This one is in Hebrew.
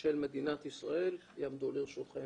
של מדינת ישראל יעמדו לרשותכם